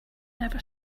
never